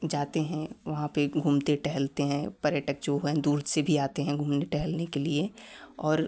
जाते हैं वहाँ पे घूमते टहलते हैं पर्यटक जो हैं दूर से भी आते हैं घूमने टहलने के लिए और